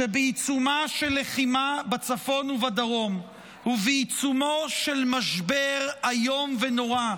שבעיצומה של לחימה בצפון ובדרום ובעיצומו של משבר איום ונורא,